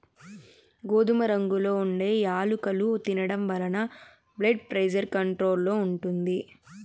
గోధుమ రంగులో ఉండే యాలుకలు తినడం వలన బ్లెడ్ ప్రెజర్ కంట్రోల్ లో ఉంటుంది